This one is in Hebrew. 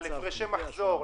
על הפרשי מחזור.